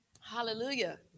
Hallelujah